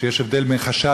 שיש הבדל בין חשד,